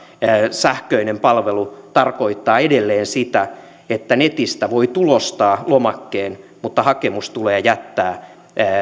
sähköinen palvelu tarkoittaa edelleen sitä että netistä voi tulostaa lomakkeen mutta hakemus tulee jättää